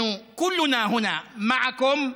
המשיכו במאבק הזה, ואנחנו כולנו פה איתכם,